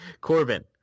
Corbin